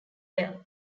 wealth